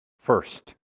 first